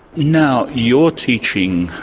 now you're teaching,